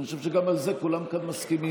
אני חושב שגם על זה כולם כאן מסכימים.